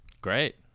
Great